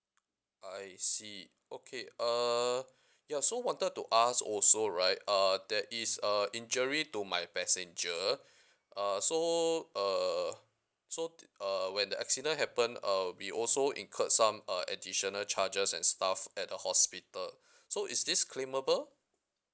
I see okay uh ya so wanted to ask also right uh there is uh injury to my passenger uh so err so did uh when the accident happen uh we also incurred some uh additional charges and stuff at the hospital so is this claimable